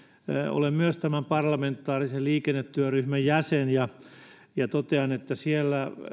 olen myös tämän parlamentaarisen liikennetyöryhmän jäsen ja totean että siellä